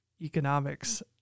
economics